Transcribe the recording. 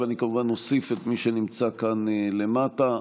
ואני כמובן אוסיף את מי שנמצא כאן למטה.